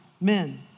men